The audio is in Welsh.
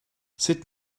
sut